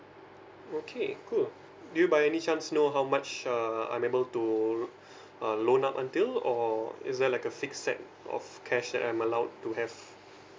okay cool do you by any chance know how much err I'm able to uh loan up until or is there like a fixed set of cash that I'm allowed to have